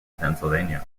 pennsylvania